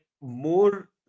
more